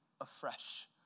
afresh